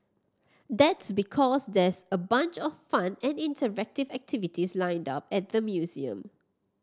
that's because there's a bunch of fun and interactive activities lined up at the museum